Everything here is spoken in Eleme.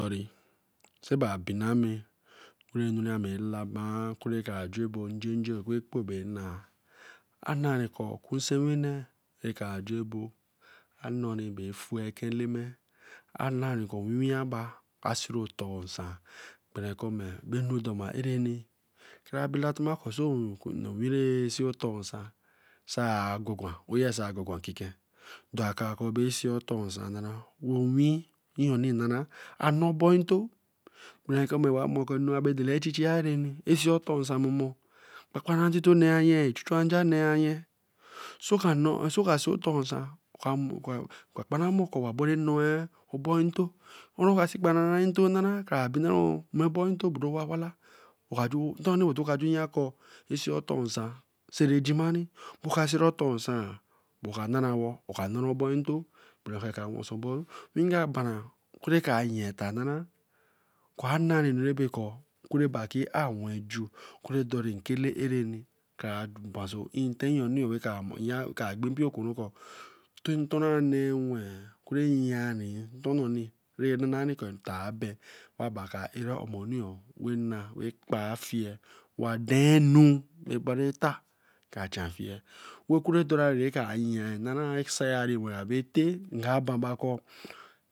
Ori saba binami kere nu ram lama oku bra jo bonju, oku bio ju bo efu ekan elema anari ko pwiya ba a siri oten insan brekome ana doma areni kra bela tuna kor tome ewin ra see oten nsan sar gwan gwan, oye sar gwan gwan nkiken dokar bae seer oton nsan owe neni nana ka ner obo nto ra ka mer ke anu ra bobo echichi ya areniu ten nsan тето ка кparantito neya a chuchu aja ne ayen. on ra oka see kparan ntitu Kra binary obo ntito wa wala, oya ki yan ko ngan osin oton Sare jima. oka tha seera etor nsan, oka narawo obo nto, raka wesen- boru nga baran kora kra yean tanara Kor a nari onu rabekor kere ba ki aru. wen ju deri nkele kra base inteyo nee Ka gbin mpio Kor tin ton yea iwen ra a ben a ba ka ara omoni wey na Kpofie Wadennu ragbarata ka chan-fie. Oku ra derari ka yea nara ate. Nka bamakor